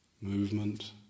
movement